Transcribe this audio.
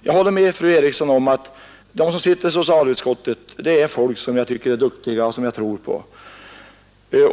Jag håller med fru Eriksson om att de ledamöter som sitter i socialutskottet är duktiga människor, som jag tror på.